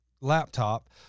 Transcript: laptop